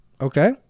Okay